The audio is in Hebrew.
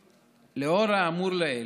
לנוכח האמור לעיל,